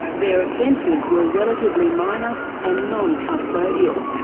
their offences were relatively minor and non-custodial,